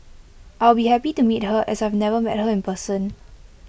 I'll be happy to meet her as I've never met her in person